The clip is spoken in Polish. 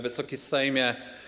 Wysoki Sejmie!